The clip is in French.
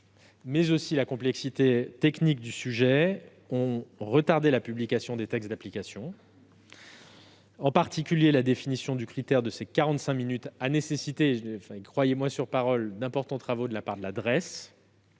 dise, et la complexité technique du sujet ont retardé la publication des textes d'application. En particulier, la définition du critère des quarante-cinq minutes a nécessité- croyez-moi sur parole -d'importants travaux de la Drees. Ces